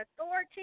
authority